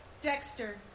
Dexter